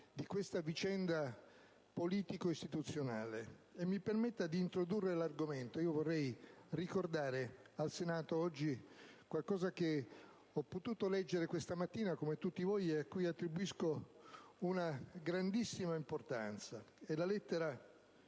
di questa vicenda politico-istituzionale. Mi permetta di introdurre l'argomento. Vorrei ricordare al Senato qualcosa che ho potuto leggere questa mattina, come tutti voi, e a cui attribuisco una grandissima importanza. È la lettera